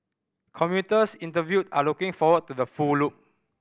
commuters interviewed are looking forward to the full loop